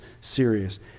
serious